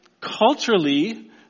culturally